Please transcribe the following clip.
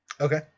Okay